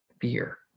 fear